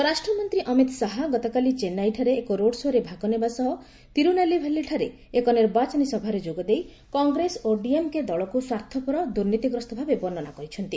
ସ୍ୱରାଷ୍ଟ୍ରମନ୍ତ୍ରୀ ଅମିତ ଶାହା ଗତକାଲି ଚେନ୍ନାଇରେ ଏକ ରୋଡ୍ ଶୋରେ ଭାଗ ନେବା ସହ ତିରୁନେଲଭେଲିଠାରେ ଏକ ନିର୍ବାଚନୀ ସଭାରେ ଯୋଗଦେଇ କଂଗ୍ରେସ ଓ ଡିଏମକେ ଦଳକୁ ସ୍ୱାର୍ଥପର ଦୁର୍ନୀତିଗ୍ରସ୍ତ ଭାବେ ବର୍ଣ୍ଣନା କରିଛନ୍ତି